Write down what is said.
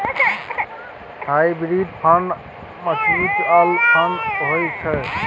hybrid fund mutual fund होइ छै